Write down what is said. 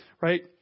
right